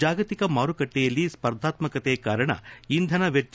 ಜಾಗತಿಕ ಮಾರುಕಟ್ಟೆಯಲ್ಲಿ ಸ್ಪರ್ಧಾತ್ಕಕತೆ ಕಾರಣ ಇಂಧನ ವೆಚ್ಚ